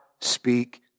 speak